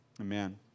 Amen